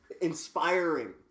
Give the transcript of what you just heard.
inspiring